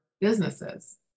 businesses